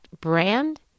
brand